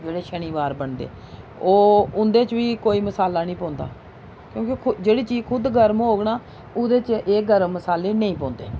जेह्ड़े शनिवार बनदे ओह् उं'दे च बी कोई मसाला निं पौंदा क्योंकि जेह्ड़ी चीज खुद गर्म होग न ओह्दे च एह् गर्म मसाले नेईं पौंदे